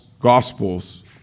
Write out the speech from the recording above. gospels